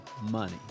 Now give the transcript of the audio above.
money